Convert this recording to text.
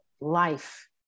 life